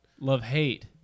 Love-hate